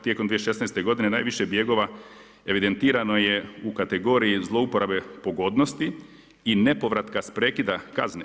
Tijekom 2016. godine najviše je bjegova evidentirano u kategoriji zlouporabe pogodnosti i nepovratka s prekida kazne.